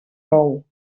bou